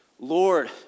Lord